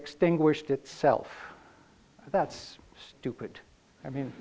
extinguished itself that's stupid i mean